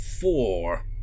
four